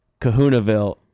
Kahunaville